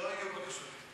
לא יהיו בקשות דיבור.